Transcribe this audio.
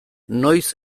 noiz